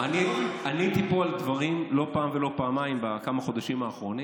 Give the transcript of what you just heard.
עניתי פה על דברים לא פעם ולא פעמיים בכמה החודשים האחרונים,